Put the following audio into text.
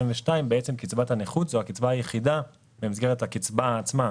בעצם קצבת הנכות זו הקצבה היחידה במסגרת הקצבה עצמה,